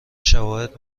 شواهد